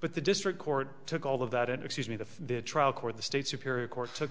but the district court took all of that excuse me the trial court the state superior court took